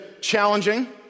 challenging